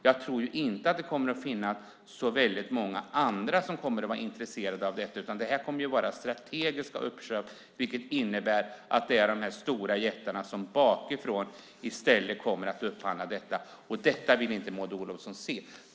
Jag tror inte att så väldigt många andra kommer att vara intresserade av detta, utan det kommer att bli strategiska uppköp, vilket innebär att det blir de stora jättarna som bakifrån kommer att köpa aktierna. Detta vill inte Maud Olofsson se.